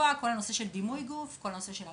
הנושא של דימוי גוף נמצא בעלייה מאוד גבוה בעקבות